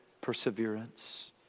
perseverance